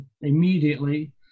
immediately